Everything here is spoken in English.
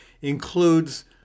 includes –